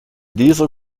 dieser